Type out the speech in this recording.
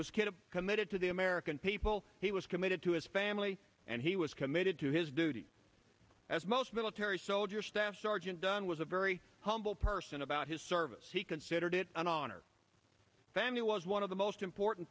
of committed to the american people he was committed to his family and he was committed to his due as most military soldier staff sergeant dunn was a very humble person about his service he considered it an honor family was one of the most important